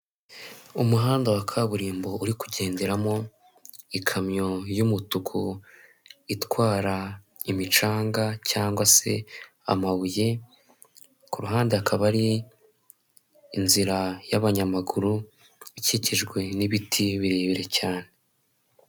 Umuhanda wa kaburimbo uri kugenderamo ikamyo y'umutuku, itwara imicanga, cyangwa se amabuye, ku ruhande hakaba hari inzira y'abanyamaguru, ikikijwe n'ibiti birebire cyane.